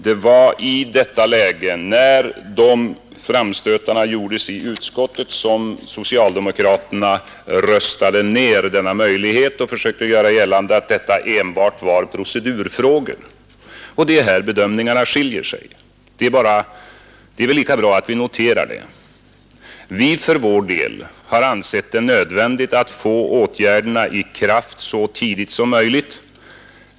Det var i detta läge som socialdemokraterna röstade ned de framstötar vi gjorde i utskottet och försökte göra gällande att detta enbart var procedurfrågor. Det är här bedömningarna skiljer sig; det är väl lika bra att vi noterar det. Vi för vår del har ansett det nödvändigt att sätta åtgärderna i kraft så tidigt som möjligt.